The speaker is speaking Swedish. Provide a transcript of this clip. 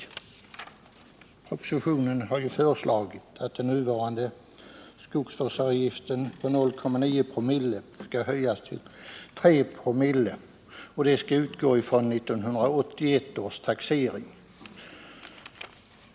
Det har i propositionen föreslagits att den nuvarande skogsvårdsavgiften på 0,9 2 oo och att detta skall gälla fr.o.m. 1981 års taxering.